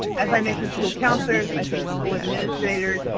as i mentioned, school counselors, i think school administrators.